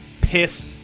piss